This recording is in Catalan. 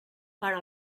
però